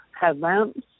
headlamps